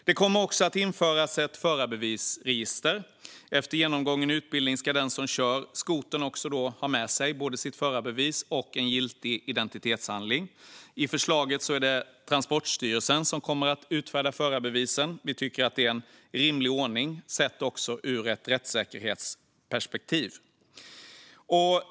Det kommer också att införas ett förarbevisregister. Efter genomgången utbildning ska den som kör skotern ha med sig både sitt förarbevis och en giltig identitetshandling. Enligt förslaget är det Transportstyrelsen som kommer att utfärda förarbevisen. Vi tycker att det är en rimlig ordning, även sett ur ett rättssäkerhetsperspektiv.